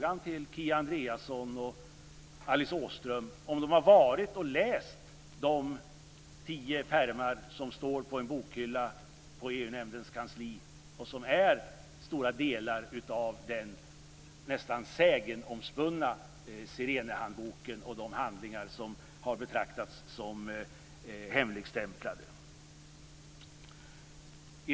Alice Åström, om de har läst innehållet i de tio pärmar som står på en bokhylla på EU-nämndens kansli och som utgör stora delar av den nästan sägenomspunna SIRENE-handboken och de handlingar som har betraktats som hemligstämplade.